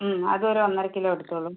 മ് അത് ഒര് ഒന്നര കിലോ എടുത്തോളൂ